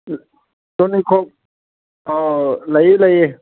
ꯇꯨꯅꯤꯡꯈꯣꯛ ꯑꯧ ꯂꯩꯌꯦ ꯂꯩꯌꯦ